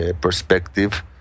perspective